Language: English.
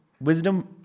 Wisdom